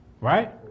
Right